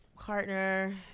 partner